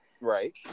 Right